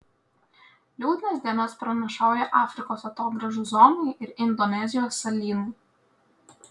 liūdnas dienas pranašauja afrikos atogrąžų zonai ir indonezijos salynui